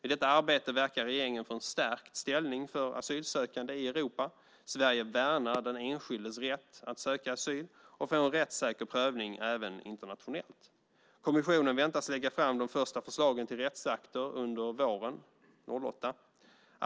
I detta arbete verkar regeringen för en stärkt ställning för asylsökande i Europa. Sverige värnar den enskildes rätt att söka asyl och få en rättssäker prövning även internationellt. Kommissionen väntas lägga fram de första förslagen till rättsakter under våren 2008.